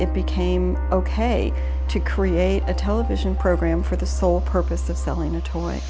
it became ok to create a television program for the sole purpose of selling a toy